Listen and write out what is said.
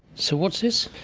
so what's this?